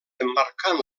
emmarcant